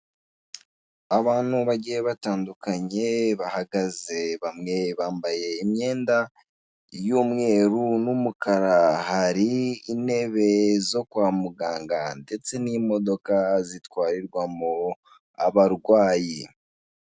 Abantu bagiye batandukanye bahagaze bamwe bambaye imyenda y'umweru n'umukara, hari intebe zo kwa muganga ndetse n'imodoka zitwarirwamo abarwayi.